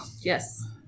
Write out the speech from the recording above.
Yes